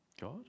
God